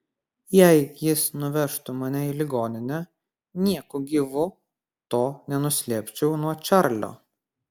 jei jis nuvežtų mane į ligoninę nieku gyvu to nenuslėpčiau nuo čarlio